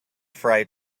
fry